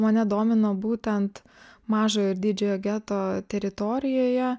mane domino būtent mažojo ir didžiojo geto teritorijoje